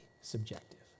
subjective